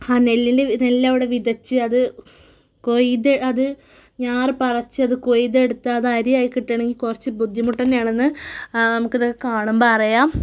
ആ നെല്ലിൻ്റെ നെല്ലവിടെ വിതച്ച് അത് കൊയ്ത് അത് ഞാറു പറിച്ചത് കൊയ്തെടുത്തത് അരിയായി കിട്ടണമെങ്കിൽ കുറച്ചു ബുദ്ധിമുട്ടു തന്നെയാണെന്നു നമുക്കിത് കാണുമ്പം അറിയാം